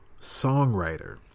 songwriter